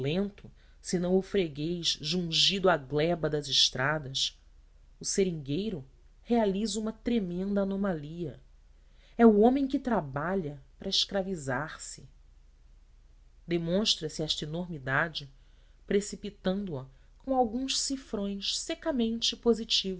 o patrão opulento senão o freguês jungido à gleba das estradas o seringueiro realiza uma tremenda anomalia é o homem que trabalha para escravizar se demonstra se esta enormidade precitando a com alguns cifrões secamente